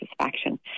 satisfaction